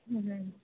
હમ હમ